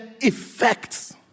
effects